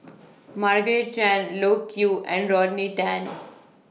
Margaret Chan Loke Yew and Rodney Tan